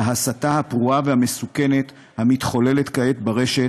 להסתה הפרועה והמסוכנת המתחוללת כעת ברשת,